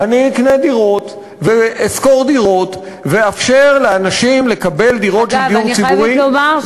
אקנה דירות ואשכור דירות ואאפשר לאנשים לקבל דירות של דיור ציבורי.